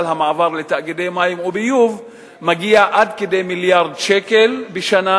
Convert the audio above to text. המעבר לתאגידי מים וביוב מגיעים עד כדי מיליארד שקל בשנה,